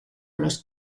los